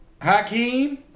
Hakeem